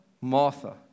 Martha